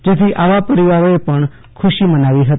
જેથી આવા પરિવારોએ પણ ખુશી મનાવી હતી